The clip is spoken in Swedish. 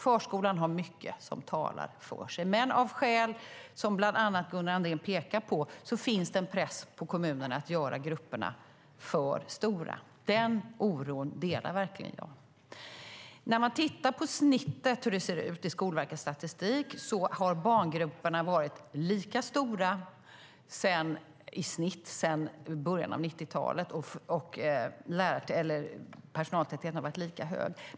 Förskolan har mycket som talar för sig, men av skäl som bland annat Gunnar Andrén pekar på finns det en press på kommunerna att göra grupperna för stora. Den oron delar jag verkligen. Man kan titta på hur det ser ut i Skolverkets statistik. Barngrupperna har varit lika stora i genomsnitt sedan i början av 90-talet, och personaltätheten har varit lika hög.